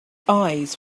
eyes